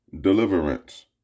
deliverance